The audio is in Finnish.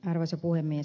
arvoisa puhemies